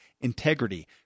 integrity